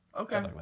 okay